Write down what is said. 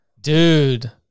Dude